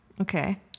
Okay